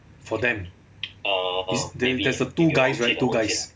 for them is ther~ there's a two guys right two guys